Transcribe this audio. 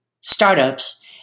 startups